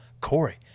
Corey